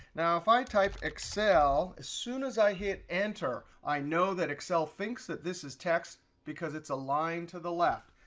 now, if i type excel, as soon as i hit enter, i know that excel thinks that this is text, because it's aligned to the left.